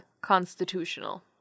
constitutional